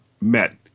met